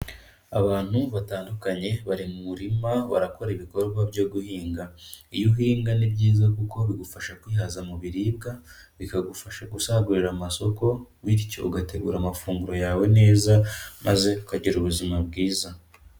Abantu batandukanye bari mu murima barakora ibikorwa byo guhinga. Iyo uhinga ni byiza kuko bigufasha kwihaza mu biribwa, bikagufasha gusagurira amasoko bityo ugategura amafunguro yawe neza, maze ukagira ubuzima bwiza.